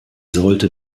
sollte